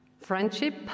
friendship